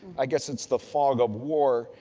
i guess it's the fog of war.